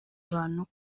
abantu